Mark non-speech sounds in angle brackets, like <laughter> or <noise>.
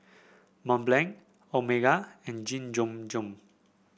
Mont Blanc Omega and <unintelligible> Jiom Jiom